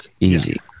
easy